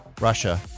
Russia